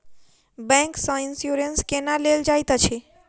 bank सँ insurance केना लेल जाइत अछि